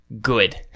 Good